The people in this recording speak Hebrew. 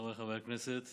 חבריי חברי הכנסת,